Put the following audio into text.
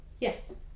Yes